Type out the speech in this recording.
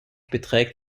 beträgt